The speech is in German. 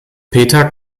peter